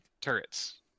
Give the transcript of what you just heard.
turrets